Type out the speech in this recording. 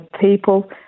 people